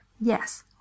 yes